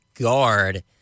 guard